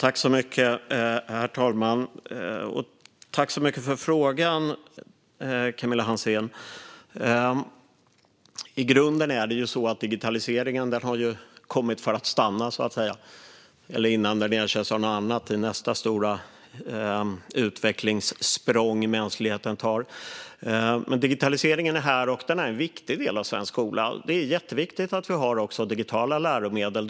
Herr talman! Tack så mycket för frågan, Camilla Hansén! I grunden är det ju så att digitaliseringen har kommit för att stanna, i alla fall fram till att den ersätts av något annat i nästa stora utvecklingssprång som mänskligheten tar. Digitaliseringen är här, och den är en viktig del av svensk skola. Det är jätteviktigt att vi har digitala läromedel.